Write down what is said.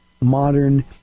modern